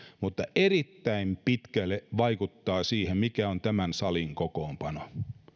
mutta erittäin pitkälle se vaikuttaa siihen mikä on tämän salin kokoonpano